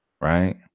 right